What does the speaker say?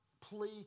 plea